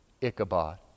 Ichabod